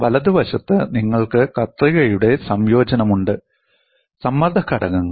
വലതുവശത്ത് നിങ്ങൾക്ക് കത്രികയുടെ സംയോജനമുണ്ട് സമ്മർദ്ദ ഘടകങ്ങൾ